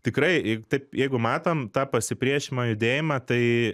tikrai taip jeigu matom tą pasipriešinimą judėjimą tai